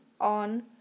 on